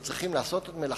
הם צריכים לעשות את מלאכתם,